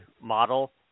model